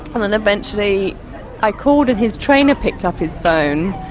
and and eventually i called and his trainer picked up his phone.